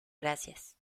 gracias